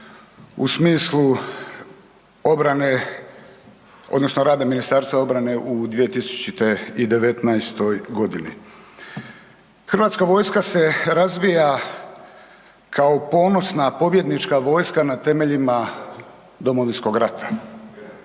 u smislu obrane odnosno rada MORH-a u 2019. godini. Hrvatska vojska se razvija kao ponosna pobjednička vojska na temeljima Domovinskog rata.